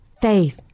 faith